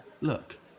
Look